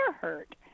hurt